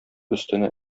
өстенә